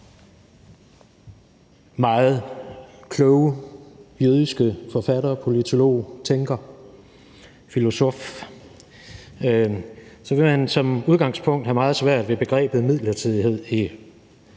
meget kloge jødiske forfatter, politolog, tænker og filosof, vil man som udgangspunkt have meget svært ved begrebet midlertidighed i